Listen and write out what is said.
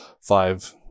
five